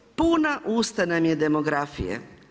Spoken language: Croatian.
Puna usta nam je demografije.